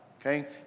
okay